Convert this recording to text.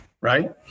right